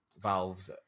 valves